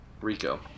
Rico